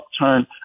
upturn